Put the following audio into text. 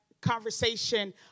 conversation